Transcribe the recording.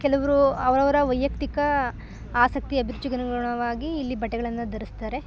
ಕೆಲವರು ಅವರ ಅವರ ವೈಯಕ್ತಿಕ ಆಸಕ್ತಿ ಅಭಿರುಚಿಗನುಗುಣವಾಗಿ ಇಲ್ಲಿ ಬಟ್ಟೆಗಳನ್ನು ಧರಿಸ್ತಾರೆ